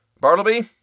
Bartleby